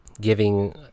giving